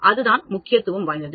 அதுதான் முக்கியத்துவம் வாய்ந்தது